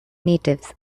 natives